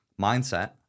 mindset